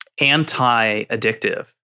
anti-addictive